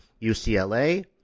UCLA